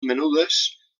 menudes